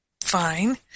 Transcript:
fine